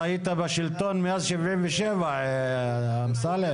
אתה היית בשלטון מאז 77, אמסלם.